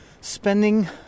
spending